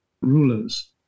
rulers